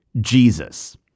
Jesus